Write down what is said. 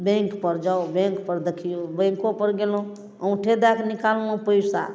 बैंकपर जाउ बैंकपर देखियौ बैंकोपर गेलहुँ अङ्गूठे दैके निकललहुँ पैसा